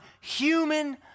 human